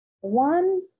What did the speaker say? one